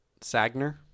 Sagner